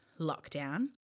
lockdown